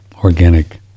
Organic